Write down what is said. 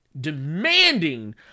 demanding